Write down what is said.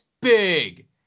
big